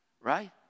Right